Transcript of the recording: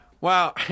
wow